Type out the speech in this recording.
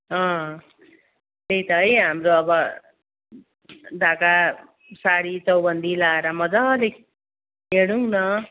अँ त्यही त है हाम्रो अब ढाका सारी चौबन्दी लाएर मज्जाले हिडौँ न